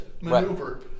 maneuver